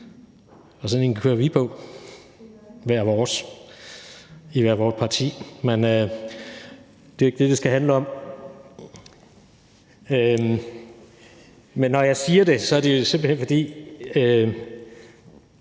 og sådan en kører vi på – hver vores, i hvert vort parti. Men det er jo ikke det, det skal handle om. Når jeg siger det, er det simpelt hen, fordi